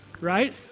Right